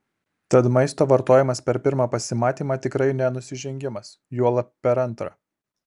tad maisto vartojimas per pirmą pasimatymą tikrai ne nusižengimas juolab per antrą